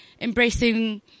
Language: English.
embracing